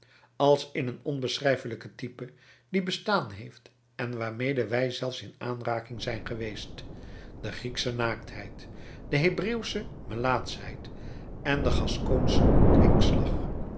als in een onbeschrijfelijke type die bestaan heeft en waarmede wij zelfs in aanraking zijn geweest de grieksche naaktheid de hebreeuwsche melaatschheid en de gasconsche